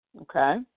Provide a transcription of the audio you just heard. Okay